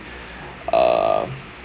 uh